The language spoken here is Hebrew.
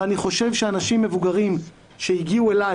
ואני חושב שאנשים מבוגרים שהגיעו אלי